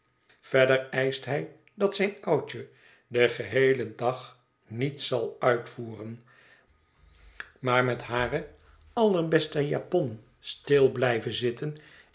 verder eischt hij dat zijn oudje den geheelen dag niets zal uitvoeren maar met hare allerbeste japon stil blijven zitten